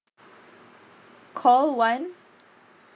call one